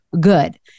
good